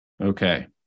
Okay